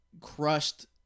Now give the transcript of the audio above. crushed